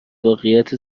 واقعیت